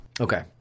Okay